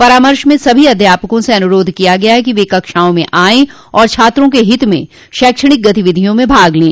परामर्श में सभी अध्यापकों से अनुरोध किया गया है कि वे कक्षाओं में आएं और छात्रों के हित में शैक्षणिक गतिविधियों में भाग लें